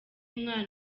mwana